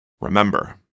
Remember